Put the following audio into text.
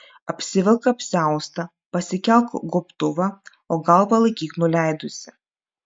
apsivilk apsiaustą pasikelk gobtuvą o galvą laikyk nuleidusi